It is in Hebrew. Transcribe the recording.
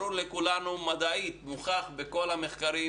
ברור לכולנו מדעית זה מוכח בכל המחקרים